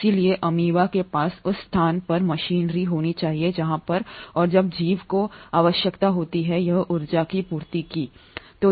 इसलिए अमीबा के पास उस स्थान पर मशीनरी होनी चाहिए जहां पर और जब जीव को आवश्यकता होती है यह ऊर्जा की आपूर्ति की है